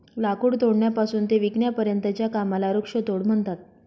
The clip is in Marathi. लाकूड तोडण्यापासून ते विकण्यापर्यंतच्या कामाला वृक्षतोड म्हणतात